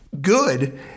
good